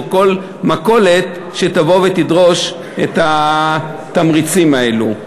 או כל מכולת תבוא ותדרוש את התמריצים האלה.